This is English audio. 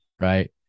right